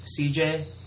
CJ